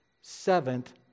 seventh